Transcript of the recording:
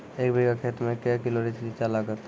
एक बीघा खेत मे के किलो रिचा लागत?